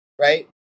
right